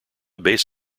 bass